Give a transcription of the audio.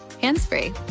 hands-free